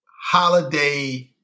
holiday